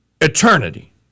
eternity